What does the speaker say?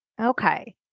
Okay